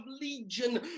Legion